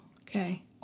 Okay